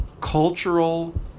cultural